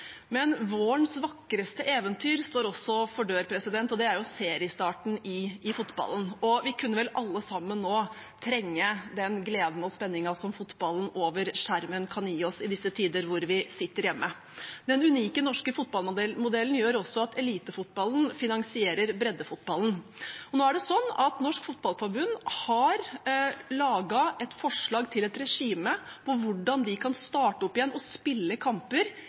Men vårens vakreste eventyr står også for døren, og det er seriestarten i fotballen. Vi kunne vel alle sammen nå trenge den gleden og spenningen som fotballen via skjermen kan gi oss i disse tider da vi sitter hjemme. Den unike norske fotballmodellen gjør også at elitefotballen finansierer breddefotballen. Nå har Norges Fotballforbund laget et forslag til et regime for hvordan de kan starte opp igjen og spille kamper